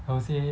I would say